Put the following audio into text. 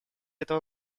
этого